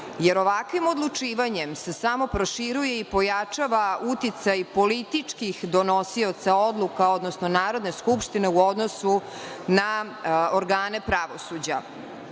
Ovakvim odlučivanjem se samo proširuje i pojačava uticaj političkih donosioca odluka, odnosno Narodne skupštine u odnosu na organe pravosuđa.